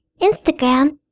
Instagram